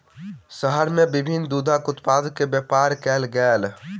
शहर में विभिन्न दूधक उत्पाद के व्यापार कयल गेल